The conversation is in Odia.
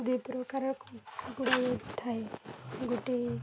ଦୁଇ ପ୍ରକାରର କୁକୁଡ଼ା ଥାଏ ଗୋଟିଏ